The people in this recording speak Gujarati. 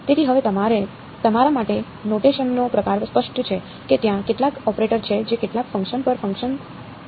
તેથી હવે તમારા માટે નોટેશનનો પ્રકાર સ્પષ્ટ છે કે ત્યાં કેટલાક ઓપરેટર છે જે કેટલાક ફંકશન પર ફંકશન કરે છે અને આઉટપુટ f છે